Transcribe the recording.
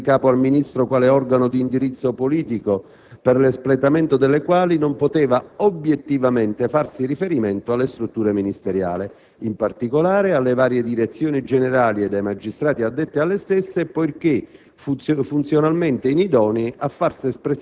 e molteplici le competenze facenti capo al Ministro quale organo di indirizzo politico, per l'espletamento delle quali non poteva obiettivamente farsi riferimento alle strutture ministeriali, in particolare alle varie direzioni generali ed ai magistrati addetti alle stesse, poiché